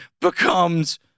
becomes